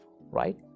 right